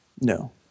No